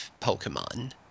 Pokemon